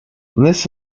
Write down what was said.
this